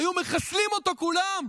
היו מחסלים אותו כולם,